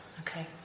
Okay